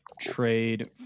trade